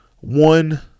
one